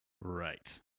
Right